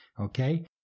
Okay